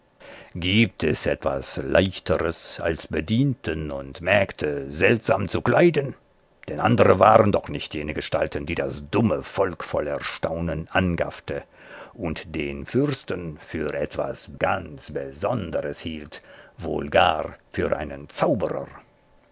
gibt es etwas leichteres als bedienten und mägde seltsam zu kleiden denn andere waren doch nicht jene gestalten die das dumme volk voll erstaunen angaffte und den fürsten für etwas ganz besonderes hielt wohl gar für einen zauberer